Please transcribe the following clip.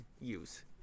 use